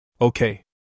Okay